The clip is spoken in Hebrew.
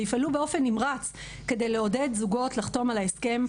ויפעלו באופן נמרץ לעודד זוגות לחתום על ההסכם,